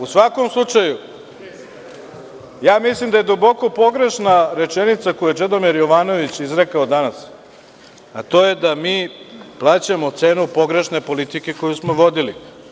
U svakom slučaju, mislim da je duboko pogrešna rečenica koju je Čedomir Jovanović izrekao danas, a to je da mi plaćamo cenu pogrešne politike koju smo vodili.